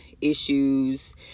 issues